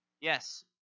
Yes